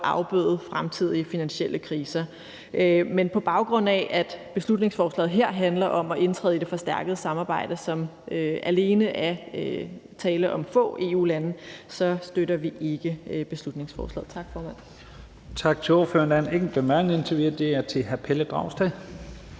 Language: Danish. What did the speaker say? afbøde fremtidige finansielle kriser, men på baggrund af at beslutningsforslaget her handler om at indtræde i det forstærkede samarbejde, i hvilket der alene er tale om få EU-lande, så støtter vi ikke beslutningsforslaget. Tak, formand. Kl. 11:37 Første næstformand (Leif Lahn Jensen): Tak til